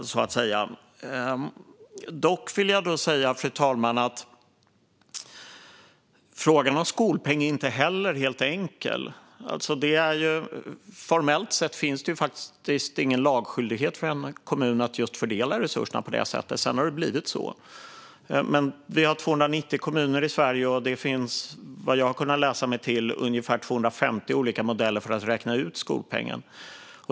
Jag vill dock säga, fru talman, att frågan om skolpeng inte heller är helt enkel. Formellt sett finns det faktiskt ingen laglig skyldighet för en kommun att fördela resurserna på just det sättet, men det har blivit så. Vi har 290 kommuner i Sverige, och det finns, vad jag har kunnat läsa mig till, ungefär 250 olika modeller för att räkna ut skolpengen.